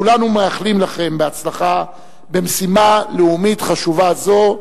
כולנו מאחלים לכם הצלחה במשימה לאומית חשובה זו,